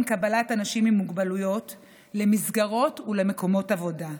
קבלת אנשים עם מוגבלויות למסגרות ולמקומות עבודה.